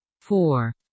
four